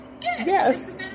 Yes